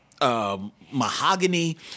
Mahogany